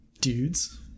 Dudes